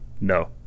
no